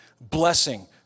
blessing